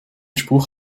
spruch